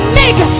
make